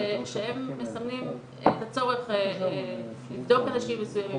שהם מסמנים את הצורך לבדוק אנשים מסוימים